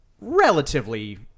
relatively